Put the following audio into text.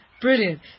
Brilliant